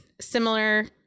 similar